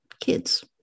kids